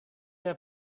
der